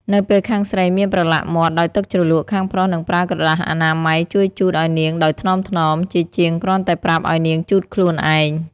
នៅពេលខាងស្រីមានប្រឡាក់មាត់ដោយទឹកជ្រលក់ ខាងប្រុសនឹងប្រើក្រដាសអនាម័យជួយជូតឱ្យនាងដោយថ្នមៗ ជាជាងគ្រាន់តែប្រាប់ឱ្យនាងជូតខ្លួនឯង។